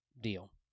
deal